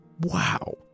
Wow